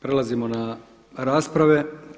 Prelazimo na rasprave.